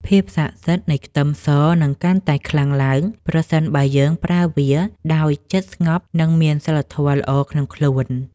ភាពស័ក្តិសិទ្ធិនៃខ្ទឹមសនឹងកាន់តែខ្លាំងឡើងប្រសិនបើយើងប្រើវាដោយចិត្តស្ងប់និងមានសីលធម៌ល្អក្នុងខ្លួន។